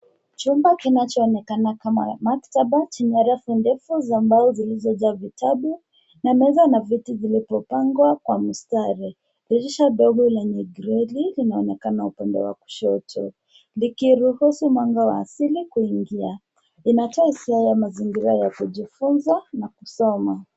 Chumba kinachoonekana kama maktaba chenye rafu ndefu za mbao zilizojaa vitabu na meza na viti vilivyopangwa kwa mstari. Dirisha dogo lenye greli linaonekana upande wa kushoto likiruhusu mwanga wa asili kuingia. Inatoa hisia ya mazingira ya kujifunza na kusoma.